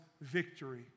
victory